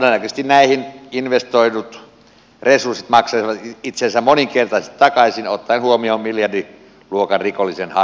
todennäköisesti näihin investoidut resurssit maksaisivat itsensä moninkertaisesti takaisin ottaen huomioon miljardiluokan rikollisen harmaan talouden